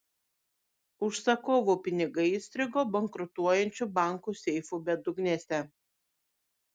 užsakovų pinigai įstrigo bankrutuojančių bankų seifų bedugnėse